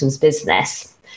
business